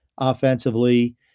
offensively